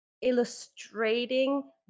illustrating